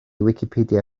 wicipedia